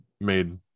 made